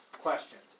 questions